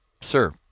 sir